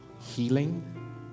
healing